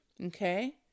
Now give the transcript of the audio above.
Okay